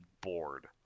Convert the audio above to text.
bored